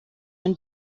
ein